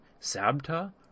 Sabta